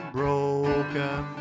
broken